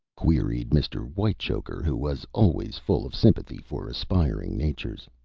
queried mr. whitechoker, who was always full of sympathy for aspiring natures.